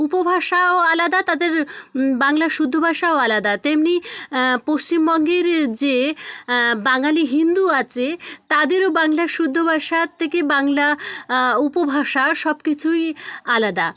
উপভাষাও আলাদা তাদের বাংলা শুদ্ধ ভাষাও আলাদা তেমনি পশ্চিমবঙ্গের যে বাঙালি হিন্দু আছে তাদেরও বাংলা শুদ্ধ ভাষার থেকে বাংলা উপভাষা সব কিছুই আলাদা